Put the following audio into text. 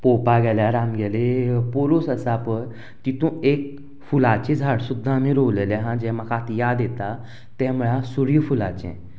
पोवपा गेल्यार आमगेली पोरूस आसा पळय तितूंत एक फुलाची झाड सुद्दां आमी रोवलेलें आसा जें म्हाका आतां याद येता तें म्हळ्या सुर्यफुलाचें